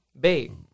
babe